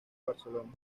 barcelona